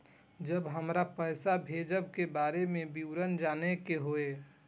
जब हमरा पैसा भेजय के बारे में विवरण जानय के होय?